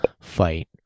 fight